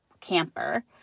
camper